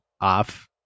off